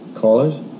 callers